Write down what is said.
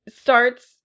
starts